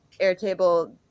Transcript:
Airtable